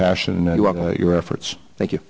passion and your efforts thank you